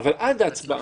-- אבל עד ההצבעה,